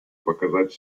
показать